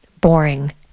boring